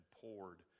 poured